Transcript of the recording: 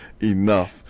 enough